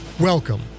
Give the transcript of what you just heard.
Welcome